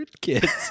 kids